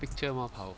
picture more power